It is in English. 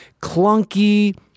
Clunky